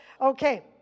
Okay